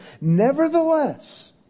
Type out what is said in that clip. Nevertheless